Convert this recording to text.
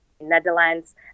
Netherlands